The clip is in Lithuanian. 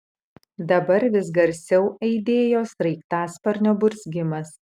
dabar vis garsiau aidėjo sraigtasparnio burzgimas